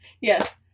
Yes